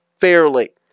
fairly